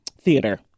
theater